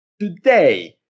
today